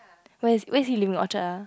where is where is he living Orchard ah